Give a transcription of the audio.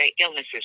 illnesses